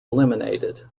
eliminated